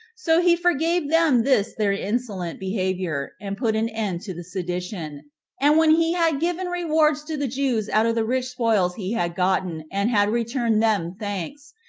so he forgave them this their insolent behavior, and put an end to the sedition and when he had given rewards to the jews out of the rich spoils he had gotten, and had returned them thanks,